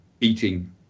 eating